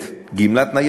גמלת ניידות,